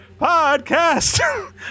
Podcast